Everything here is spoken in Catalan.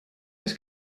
les